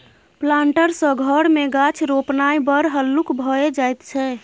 planter सँ घर मे गाछ रोपणाय बड़ हल्लुक भए जाइत छै